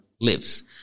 Lives